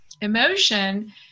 emotion